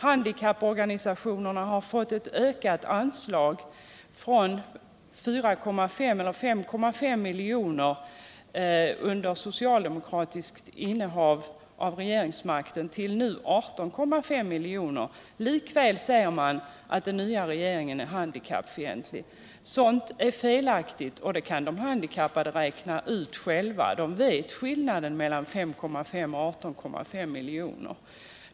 Handikapporganisationerna har fått sitt anslag ökat från 5,5 miljoner under socialdemokraternas regeringsinnehav till nu 18,5 miljoner. Likväl säger man att den nya regeringen är handikappfientlig. Sådant är felaktigt, och det kan de handikappade räkna ut själva. De vet skillnaden mellan 5,5 miljoner och 18,5 miljoner.